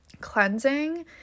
cleansing